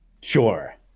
Sure